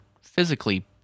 physically